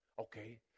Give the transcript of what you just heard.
okay